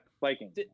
Vikings